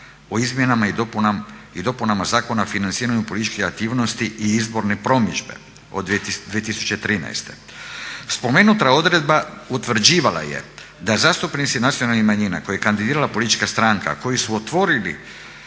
o izmjenama i dopunama Zakona o financiranju političkih aktivnosti i izborne promidžbe od 2013. Spomenuta odredba utvrđivala je da zastupnici nacionalnih manjina koje je kandidirala politička stranka koji su otvorili